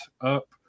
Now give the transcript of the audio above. up